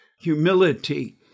Humility